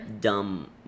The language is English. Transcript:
dumb